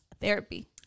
therapy